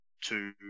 two